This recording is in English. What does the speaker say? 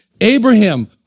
Abraham